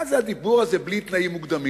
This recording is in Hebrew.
מה זה הדיבור הזה בלי תנאים מוקדמים?